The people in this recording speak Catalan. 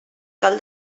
cal